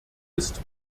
ist